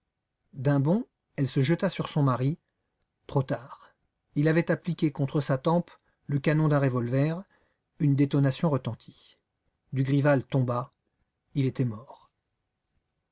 d'un bond elle se jeta sur son mari trop tard il avait appliqué contre sa tempe le canon d'un revolver une détonation retentit dugrival tomba il était mort